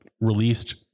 released